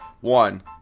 one